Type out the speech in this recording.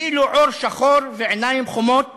כאילו עור שחור ועיניים חומות